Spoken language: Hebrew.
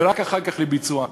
ורק אחר כך לביצוע.